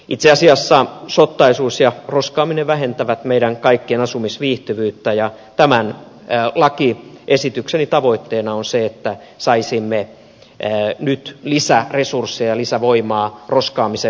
itse asiassa sottaisuus ja roskaaminen vähentävät meidän kaikkien asumisviihtyvyyttä ja tämän lakiesitykseni tavoitteena on se että saisimme nyt lisäresursseja lisävoimaa roskaamisen valvontaan